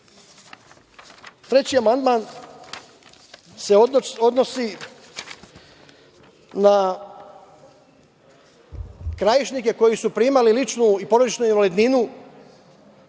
amandman se odnosi na krajišnike koji su primali ličnu i porodičnu invalidninu,